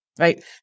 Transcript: right